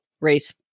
race